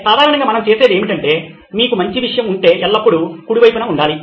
సాధారణంగా మనం చేసేది ఏమిటంటే మీకు మంచి విషయం ఉంటే ఎల్లప్పుడూ కుడి వైపున ఉండాలి